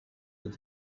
with